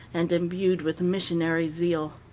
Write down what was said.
and imbued with missionary zeal.